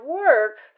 work